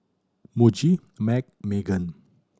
Muji MAG Megan